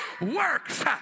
works